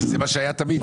כי זה מה שהיה תמיד.